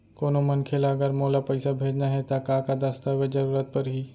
कोनो मनखे ला अगर मोला पइसा भेजना हे ता का का दस्तावेज के जरूरत परही??